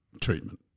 treatment